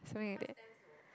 something like that